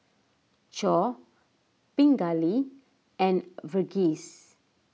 Choor Pingali and Verghese